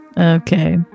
Okay